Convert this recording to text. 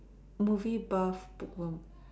movie Puff bookworm